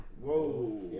Whoa